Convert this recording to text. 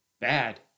bad